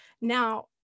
Now